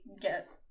get